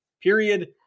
period